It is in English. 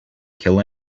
kill